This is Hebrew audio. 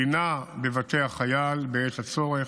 לינה בבתי החייל בעת הצורך,